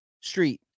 street